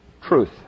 Truth